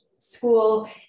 school